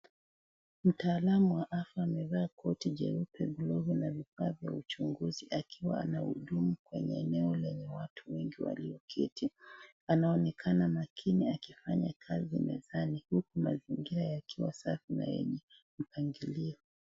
Mtaalamu wa afya amevaa koti jeupe, glovu na vifaa vya uchunguzi akiwa anahudumu kwenye eneo lenye watu wengi walio keti anaonekana makini akifanya kazi mezani huku mazingira yakiwa safi na yenye mpangilio.